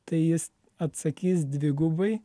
tai jis atsakys dvigubai